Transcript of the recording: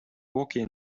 walking